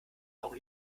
auch